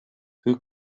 who